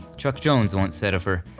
chuck jones once said of her,